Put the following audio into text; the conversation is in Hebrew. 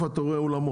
מי נציג האולמות?